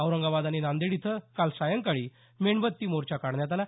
औरंगाबाद आणि नांदेड इथं काल सायंकाळी मेणबत्ती मोर्चा काढण्यात आला